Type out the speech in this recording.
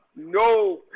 no